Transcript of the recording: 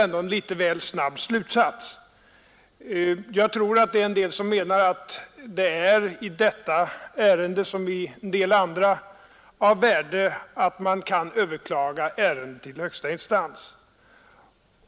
Jag tror att det finns en del som menar att det i dessa ärenden som i åtskilliga andra är av värde att man kan överklaga till en annan högsta instans.